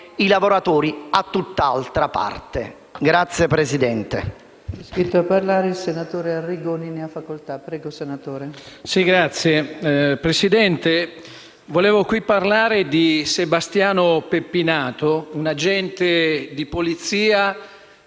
i lavoratori da tutt’altra parte.